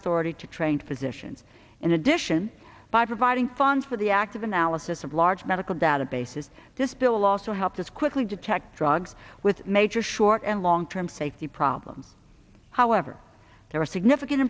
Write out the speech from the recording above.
authority to train physicians in addition by providing funds for the active analysis of large medical databases this bill also helps us quickly detect drugs with major short and long term safety problems however there are significant